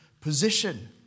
position